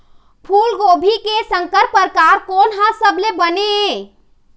फूलगोभी के संकर परकार कोन हर सबले बने ये?